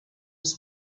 was